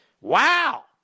Wow